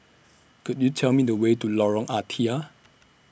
Could YOU Tell Me The Way to Lorong Ah Thia